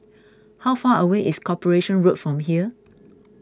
how far away is Corporation Road from here